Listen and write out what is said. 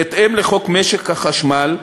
בהתאם לחוק משק החשמל,